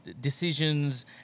decisions